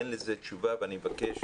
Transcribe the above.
אין לזה תשובה ואני מבקש,